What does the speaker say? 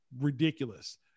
ridiculous